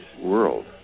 world